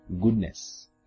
goodness